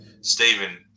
Stephen